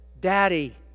Daddy